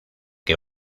que